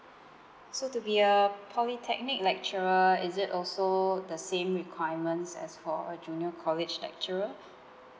so to be a polytechnic lecturer is it also the same requirements as for a junior college lecturer